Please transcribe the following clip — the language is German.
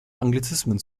anglizismen